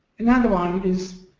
and and one is